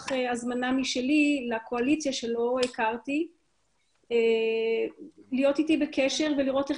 הזמנה משלי לקואליציה שלא הכרתי להיות אתי בקשר ולראות איך